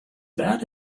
that